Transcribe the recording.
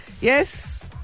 Yes